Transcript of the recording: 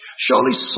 Surely